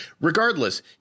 Regardless